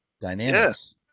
Dynamics